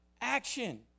Action